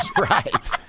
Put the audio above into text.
Right